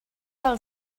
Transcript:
del